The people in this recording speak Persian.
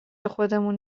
خودمون